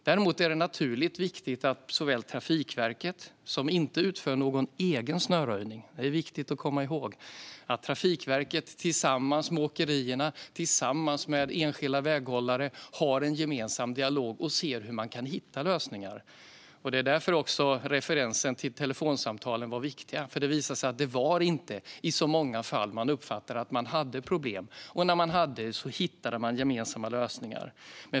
Däremot är det naturligtvis viktigt att Trafikverket, som inte utför någon snöröjning, vilket är viktigt att komma ihåg, har en dialog med åkerier och enskilda väghållare och ser hur man kan hitta lösningar. Det är därför referensen till telefonsamtalen var viktig. Det visade sig nämligen att det inte var i så många fall som man uppfattade att man hade problem. Och när man hade det hittade man gemensamma lösningar.